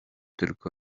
tylko